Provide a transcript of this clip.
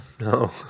no